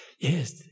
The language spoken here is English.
Yes